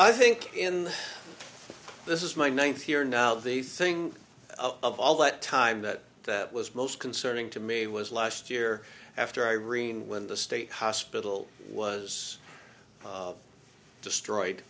i think in this is my ninth here now the thing of all that time that that was most concerning to me was last year after irene when the state hospital was destroyed